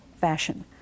fashion